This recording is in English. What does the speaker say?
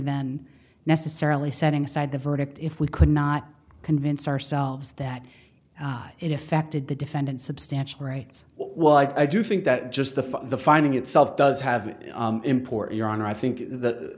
than necessarily setting aside the verdict if we could not convince ourselves that it affected the defendant substantial rights while i do think that just the the finding itself does have an import your honor i think th